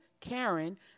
Karen